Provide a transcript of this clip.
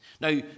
Now